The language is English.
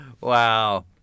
Wow